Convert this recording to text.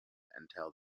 until